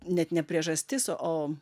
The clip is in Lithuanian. net ne priežastis o